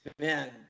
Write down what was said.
Man